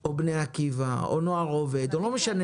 או בני עקיבא או הנוער העובד והלומד או לא משנה